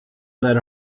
let